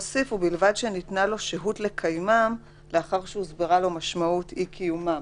ובלבד שניתנה לו שהות לקיימם לאחר שהוסברה לו משמעות אי קיומם,